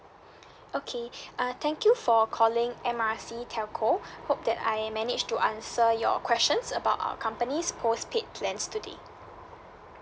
okay uh thank you for calling M R C telco hope that I manage to answer your questions about our company's postpaid plans today